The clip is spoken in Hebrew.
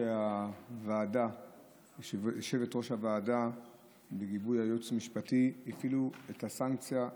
לאחר שיושבת-ראש הוועדה בליווי הייעוץ המשפטי הטילו את הסנקציה,